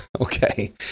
Okay